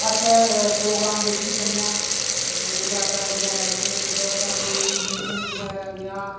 अस प्रोग्राम बिच बी जन्ने आं जगराता बगैरा जि'यां कुसै दे घर कोई मुंढन बगैरा ब्याह